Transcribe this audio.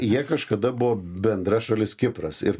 jie kažkada buvo bendra šalis kipras ir